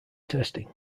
testing